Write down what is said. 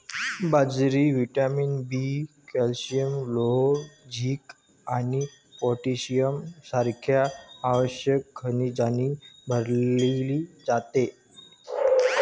बाजरी vitamin B, calcium, लोह, zinc आणि पोटॅशियम सारख्या आवश्यक खनिजांनी भरलेली असते